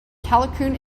callicoon